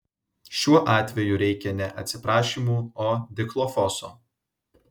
šiuo atveju reikia ne atsiprašymų o dichlofoso